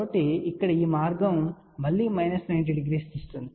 కాబట్టి ఇక్కడ ఈ మార్గం మళ్ళీ మైనస్ 90 డిగ్రీ ని ఇస్తుంది